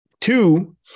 Two